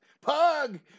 Pug